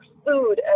food